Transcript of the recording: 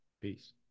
Peace